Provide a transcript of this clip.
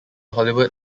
hollywood